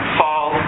fall